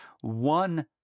one